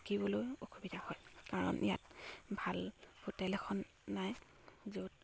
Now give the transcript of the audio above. থাকিবলৈ অসুবিধা হয় কাৰণ ইয়াত ভাল হোটেল এখন নাই য'ত